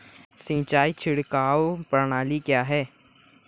सिंचाई छिड़काव प्रणाली क्या है?